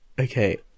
okay